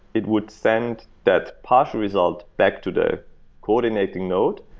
it would send that partial result back to the coordinating node.